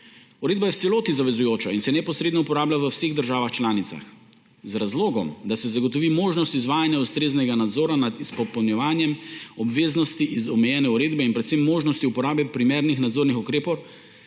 Uredba je v celoti zavezujoča in se neposredno uporablja v vseh državah članicah. Z razlogom, da se zagotovi možnost izvajanja ustreznega nadzora nad izpopolnjevanjem obveznosti iz omenjene uredbe in predvsem možnosti uporabe primernih nadzornih ukrepov,